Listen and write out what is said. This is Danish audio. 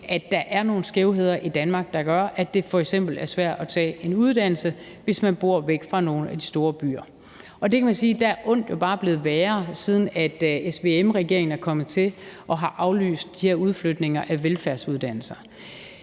at der er nogle skævheder i Danmark, der gør, at det f.eks. er svært at tage en uddannelse, hvis man bor væk fra nogle af de store byer. Der kan man sige, at ondt jo bare er blevet værre, siden SVM-regeringen er kommet til og har aflyst de her udflytninger af velfærdsuddannelser.